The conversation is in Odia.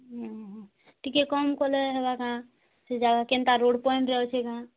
ହୁଁ ହୁଁ ଟିକେ କମ୍ କଲେ ହେବା କା ସେ ଜାଗା କେନ୍ତା ରୋଡ୍ ପଏଣ୍ଟରେ ଅଛି କା